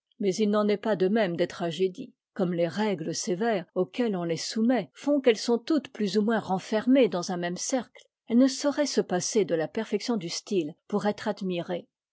mais il n'en est pas de même des tragédies comme les règles sévères auxquelles on les soumet font qu'elles sont toutes plus ou moins renfermées dans un même cercle elles ne sauraient se passer de la perfection du style pour être admirées